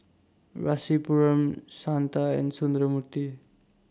Rasipuram Santha and Sundramoorthy